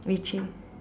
which is